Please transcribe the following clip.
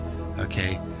Okay